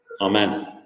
Amen